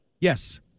Yes